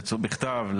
בכתב,